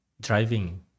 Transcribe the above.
driving